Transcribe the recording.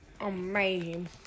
Amazing